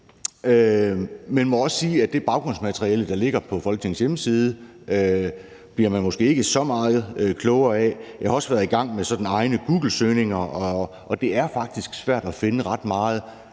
men må også sige, at det baggrundsmateriale, der ligger på Folketingets hjemmeside, bliver man måske ikke så meget klogere af. Jeg har også været i gang med sådan egne googlesøgninger, og det er faktisk svært at finde ret meget